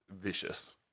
vicious